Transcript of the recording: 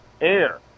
air